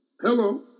Hello